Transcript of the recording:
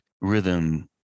rhythm